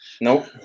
Nope